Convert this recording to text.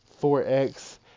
4x